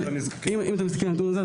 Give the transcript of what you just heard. אם אתם מסתכלים על הנתון הזה,